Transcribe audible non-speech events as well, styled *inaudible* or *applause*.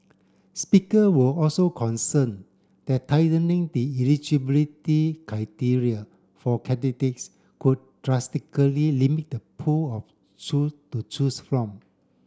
speaker were also concerned that tightening the eligibility criteria for candidates could drastically limit the pool *unintelligible* to choose from